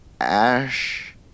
Ash